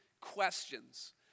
questions